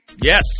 Yes